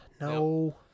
no